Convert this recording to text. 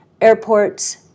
airports